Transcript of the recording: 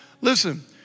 Listen